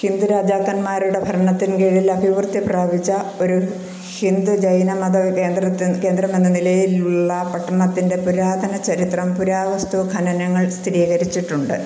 ഹിന്ദു രാജാക്കന്മാരുടെ ഭരണത്തിന് കീഴിൽ അഭിവൃദ്ധി പ്രാപിച്ച ഒരു ഹിന്ദു ജൈന മത കേന്ദ്രമെന്ന നിലയിലുള്ള പട്ടണത്തിന്റെ പുരാതന ചരിത്രം പുരാവസ്തു ഖനനങ്ങൾ സ്ഥിരീകരിച്ചിട്ടുണ്ട്